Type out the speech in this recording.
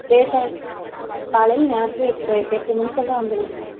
லேட்டாகி காலையில் நேரத்திலே எட்ரை எட்டு மணிக்கெல்லாம் வந்துடுருங்க